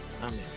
Amen